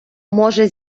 може